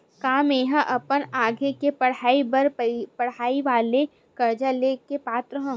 का मेंहा अपन आगे के पढई बर पढई वाले कर्जा ले के पात्र हव?